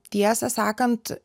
tiesą sakant